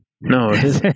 No